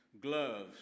gloves